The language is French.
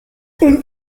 une